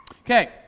Okay